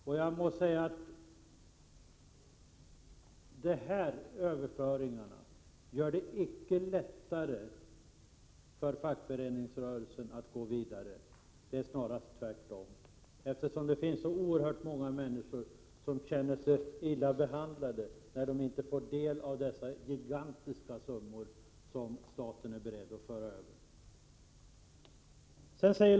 Men jag måste säga: De här överföringarna gör det inte lättare för fackföreningsrörelsen att gå vidare — snarast tvärtom. Det finns oerhört många människor som känner sig illa behandlade när de inte får del av dessa gigantiska summor, som staten är beredd att föra över.